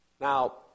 Now